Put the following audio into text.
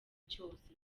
cyose